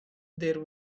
there